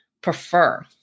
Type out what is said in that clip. prefer